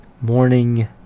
Morning